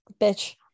bitch